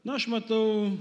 na aš matau